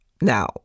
Now